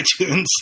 iTunes